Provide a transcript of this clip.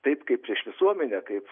taip kaip prieš visuomenę kaip